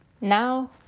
Now